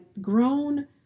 grown